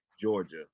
Georgia